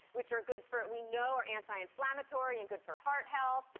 which are good for, we know, are anti-inflammatory and good for heart health,